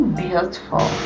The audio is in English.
beautiful